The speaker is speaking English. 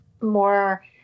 more